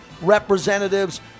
representatives